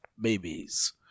babies